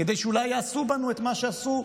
כדי שאולי יעשו בנו את מה שעשו,